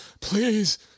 please